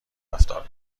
رفتار